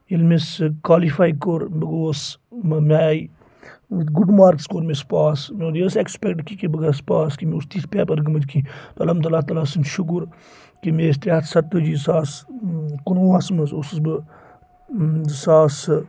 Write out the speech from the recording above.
ییٚلہِ مےٚ سُہ کالِفاے کوٚر بہٕ گوس مےٚ آیہِ گُڈ مارکٕس کوٚر مےٚ سُہ پاس مےٚ یہِ ٲس اٮ۪کسپیکٹ کہِ کہِ بہٕ گٔژھ پاس کہِ مےٚ اوس تِتھۍ پیپَر گٔمٕتۍ کیٚنٛہہ الحمداللہ تعالیٰ سُنٛد شُکُر کہِ مےٚ ٲسۍ ترٛےٚ ہَتھ سَتٲجی ساس کُنوُہَس منٛز اوسُس بہٕ زٕ ساس